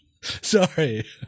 Sorry